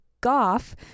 Goff